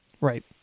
Right